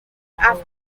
after